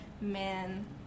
man